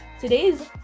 today's